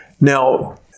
Now